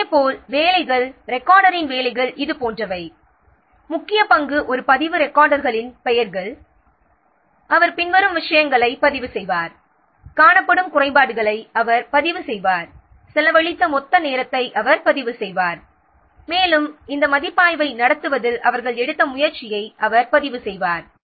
இதேபோல் வேலைகள் ரெக்கார்டரின் வேலைகள் இது போன்றவை முக்கிய பங்கு ஒரு பதிவு ரெக்கார்டரின் பெயர்கள் அவர் பின்வரும் விஷயங்களை பதிவு செய்வார் காணப்படும் குறைபாடுகளை அவர் பதிவு செய்வார் செலவழித்த மொத்த நேரத்தை அவர் பதிவு செய்வார் மேலும் இந்த மதிப்பாய்வை நடத்துவதில் அவர்கள் எடுத்த முயற்சியை அவர் பதிவு செய்வார்